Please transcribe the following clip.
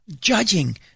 Judging